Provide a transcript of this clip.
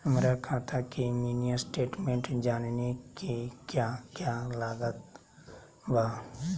हमरा खाता के मिनी स्टेटमेंट जानने के क्या क्या लागत बा?